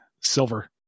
Silver